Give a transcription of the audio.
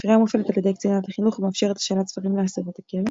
הספרייה מופעלת על ידי קצינת החינוך ומאפשרת השאלה ספרים לאסירות הכלא.